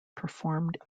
performed